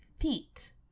feet